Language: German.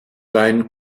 dein